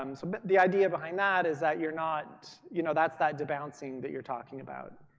um so but the idea behind that is that you're not you know that's that debouncing that you're talking about.